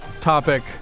topic